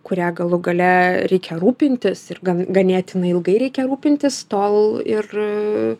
kuria galų gale reikia rūpintis ir gan ganėtinai ilgai reikia rūpintis tol ir